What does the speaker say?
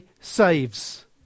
saves